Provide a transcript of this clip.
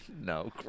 No